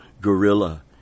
gorilla